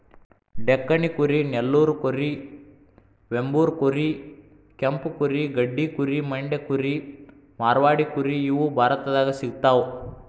ಡೆಕ್ಕನಿ ಕುರಿ ನೆಲ್ಲೂರು ಕುರಿ ವೆಂಬೂರ್ ಕುರಿ ಕೆಂಪು ಕುರಿ ಗಡ್ಡಿ ಕುರಿ ಮಂಡ್ಯ ಕುರಿ ಮಾರ್ವಾಡಿ ಕುರಿ ಇವು ಭಾರತದಾಗ ಸಿಗ್ತಾವ